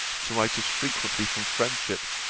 to write as frequently from friendship,